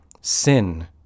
sin